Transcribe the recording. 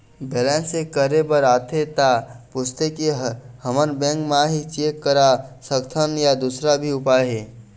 Balance check करे बर आथे ता पूछथें की हमन बैंक मा ही चेक करा सकथन या दुसर भी उपाय हे?